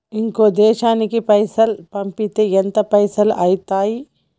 ఇంకో దేశానికి పైసల్ పంపితే ఎంత పైసలు అయితయి?